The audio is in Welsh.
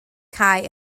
cae